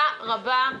להגיד אברכים זאת